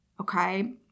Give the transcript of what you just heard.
Okay